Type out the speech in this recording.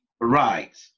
Right